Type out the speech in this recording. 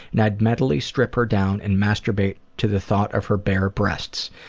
and i'd mentally strip her down and masturbate to the thought of her bare breasts.